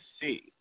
see